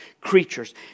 creatures